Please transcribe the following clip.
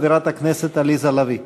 חברת הכנסת עליזה לביא.